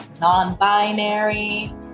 non-binary